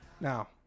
Now